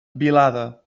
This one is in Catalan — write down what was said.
vilada